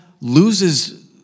loses